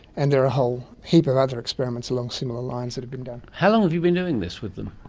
and there are a whole heap of other experiments along similar lines that have been done. how long have you been doing this with them?